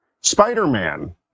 Spider-Man